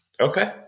Okay